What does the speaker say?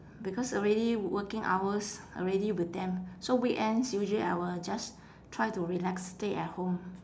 because already working hours already with them so weekends usually I will just try to relax stay at home